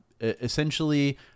Essentially